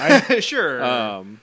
Sure